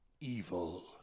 Evil